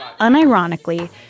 unironically